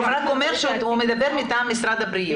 הוא אומר שהוא מדבר מטעם משרד הבריאות.